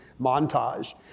montage